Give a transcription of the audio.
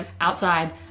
outside